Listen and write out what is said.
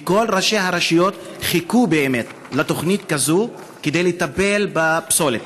וכל ראשי הרשויות באמת חיכו לתוכנית כזו כדי לטפל בפסולת.